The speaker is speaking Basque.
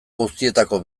guztietako